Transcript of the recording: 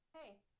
hey